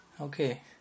Okay